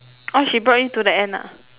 own she brought you to the end ah